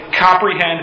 comprehend